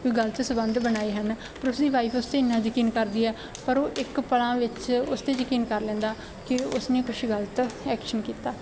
ਕੋਈ ਗਲਤ ਸੰਬੰਧ ਬਣਾਏ ਹਨ ਪਰ ਉਸਦੀ ਵਾਈਫ ਉਸ 'ਤੇ ਇਹਨਾਂ ਯਕੀਨ ਕਰਦੀ ਹੈ ਪਰ ਉਹ ਇੱਕ ਪਲਾਂ ਵਿੱਚ ਉਸਤੇ ਯਕੀਨ ਕਰ ਲੈਂਦਾ ਕਿ ਉਸਨੇ ਕੁਛ ਗਲਤ ਐਕਸ਼ਨ ਕੀਤਾ